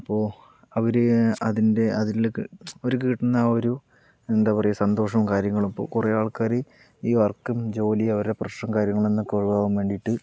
അപ്പോൾ അവർ അതിൻ്റെ അതിൽ അവർക്ക് കിട്ടുന്ന ആ ഒരു എന്താ പറയുക സന്തോഷവും കാര്യങ്ങളും ഇപ്പോൾ കുറേ ആൾക്കാർ ഈ വർക്കും ജോലിയും അവരുടെ പ്രഷറും കാര്യങ്ങളിൽ നിന്നൊക്കെ ഒഴിവാകാൻ വേണ്ടിയിട്ട്